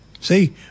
See